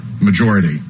majority